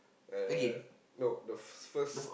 at no the first